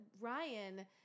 Ryan